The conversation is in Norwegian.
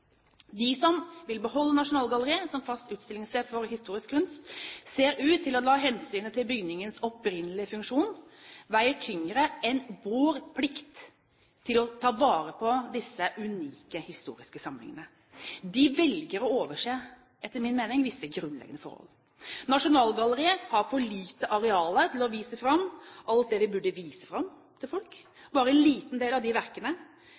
De som vil beholde Nasjonalgalleriet som fast utstillingssted for historisk kunst, ser ut til å la hensynet til bygningens opprinnelige funksjon veie tyngre enn vår plikt til å ta vare på disse unike historiske samlingene. De velger å overse, etter min mening, visse grunnleggende forhold. Nasjonalgalleriet har for lite areal til å vise fram alt det de burde vise fram til folk. Bare en liten del av de verkene